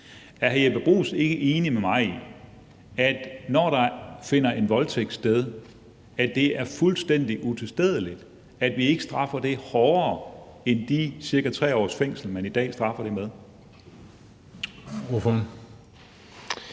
Er hr. Jeppe Bruus ikke enig med mig i, at når der finder en voldtægt sted, så er det fuldstændig utilstedeligt, at man ikke straffer det hårdere end de ca. 3 års fængsel, man i dag straffer det med?